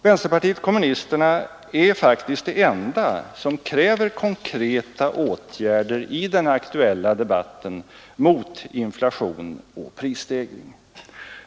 Vänsterpartiet kommunisterna är faktiskt det enda parti som i den aktuella debatten kräver konkreta åtgärder mot inflation och prisstegring.